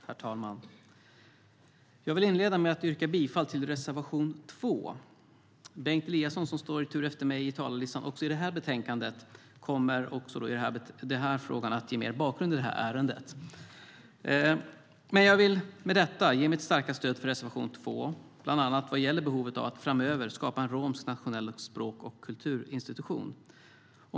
Herr talman! Jag vill inleda med att yrka bifall till reservation 2. Bengt Eliasson, som står i tur efter mig på talarlistan också för detta betänkande, kommer att ge mer bakgrund i detta ärende. Men jag vill med detta ge mitt starka stöd för reservation 2, bland annat vad gäller behovet av att framöver skapa en romsk nationell språk och kulturinstitution.